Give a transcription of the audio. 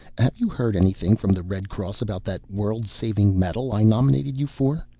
have you heard anything from the red cross about that world-saving medal i nominated you for?